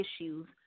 issues